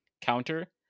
counter